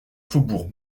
faubourg